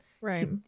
Right